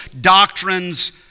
doctrines